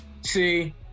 See